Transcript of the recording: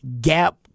gap